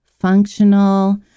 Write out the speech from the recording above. functional